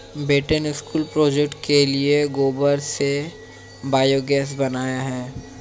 बेटे ने school project के लिए गोबर से बायोगैस बनाया है